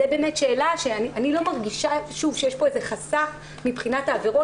זו שאלה שאני לא מרגישה שיש כאן איזה סך מבחינת העבירות.